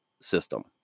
system